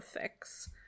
Fix